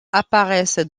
apparaissant